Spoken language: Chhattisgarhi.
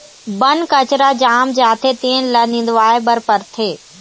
बन कचरा जाम जाथे तेन ल निंदवाए बर परथे